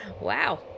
wow